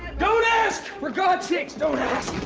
don't ask! for god's sakes, don't ask.